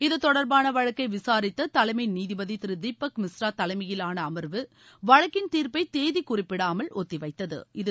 இது தொடர்பான வழக்கை விசாரித்த தலைமை நீதிபதி திரு தீபக் மிஸ்ரா தலைமையிலான அமர்வு வழக்கின் தீர்ப்பை தேதி குறிப்பிடாமல் ஒத்தி வைத்தது